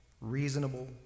reasonable